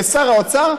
כשר האוצר,